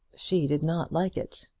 she did not like it.